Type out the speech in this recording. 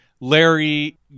Larry